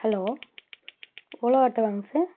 hello Ola ஆட்டோவாங்க sir